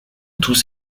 tous